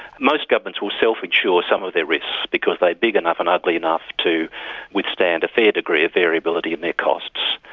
most governments will self-insure some of their risks because they're like big enough and ugly enough to withstand a fair degree of variability in their costs.